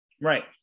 right